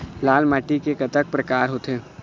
लाल माटी के कतक परकार होथे?